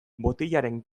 botilaren